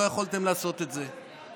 לא יכולתם לעשות את זה.